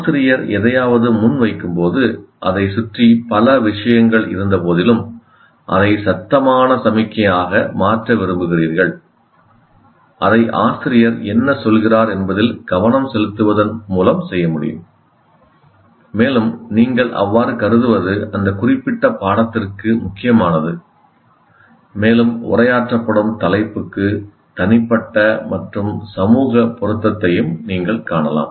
ஆசிரியர் எதையாவது முன்வைக்கும்போது அதைச் சுற்றி பல விஷயங்கள் இருந்தபோதிலும் அதை சத்தமான சமிக்ஞையாக மாற்ற விரும்புகிறீர்கள் அதை ஆசிரியர் என்ன சொல்கிறார் என்பதில் கவனம் செலுத்துவதன் மூலம் செய்ய முடியும் மேலும் நீங்கள் அவ்வாறு கருதுவது அந்த குறிப்பிட்ட பாடத்திற்கு முக்கியமானது மேலும் உரையாற்றப்படும் தலைப்புக்கு தனிப்பட்ட மற்றும் சமூக பொருத்தத்தையும் நீங்கள் காணலாம்